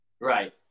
Right